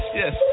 yes